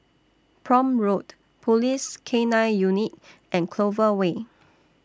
Prome Road Police K nine Unit and Clover Way